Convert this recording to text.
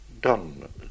done